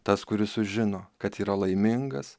tas kuris sužino kad yra laimingas